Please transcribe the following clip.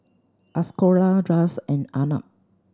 Ashoka Raj and Arnab